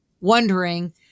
wondering